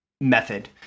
method